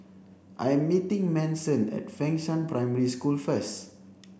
I am meeting Manson at Fengshan Primary School first